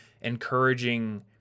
encouraging